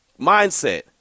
mindset